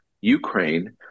Ukraine